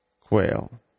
quail